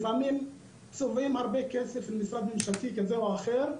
לפעמים צובעים הרבה כסף במשרד ממשלתי כזה או אחר,